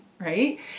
right